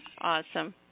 Awesome